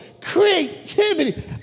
creativity